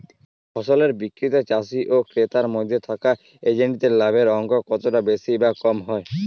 ফসলের বিক্রিতে চাষী ও ক্রেতার মধ্যে থাকা এজেন্টদের লাভের অঙ্ক কতটা বেশি বা কম হয়?